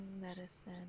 Medicine